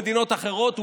או במדינות אחרות,